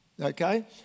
okay